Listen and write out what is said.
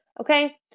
okay